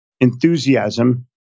enthusiasm